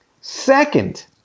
Second